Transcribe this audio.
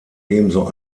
ebenso